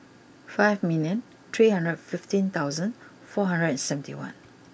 five million three hundred fifteen thousand four hundred and seventy one